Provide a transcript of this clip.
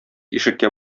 ишеккә